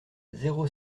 zéro